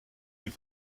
die